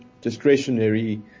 discretionary